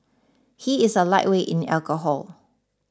he is a lightweight in alcohol